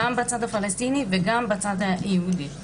גם בצד הפלסטיני וגם בצד היהודי.